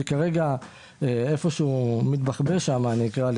וכרגע איפשהו זה "מתבחבש" כרגע.